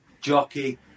jockey